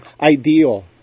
ideal